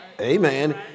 Amen